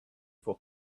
for